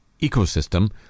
ecosystem